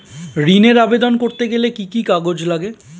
ঋণের আবেদন করতে গেলে কি কি কাগজ লাগে?